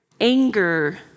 Anger